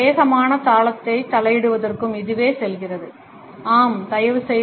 வேகமான தாளத்தை தலையிடுவதற்கும் இதுவே செல்கிறது ஆம் தயவுசெய்து